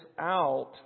out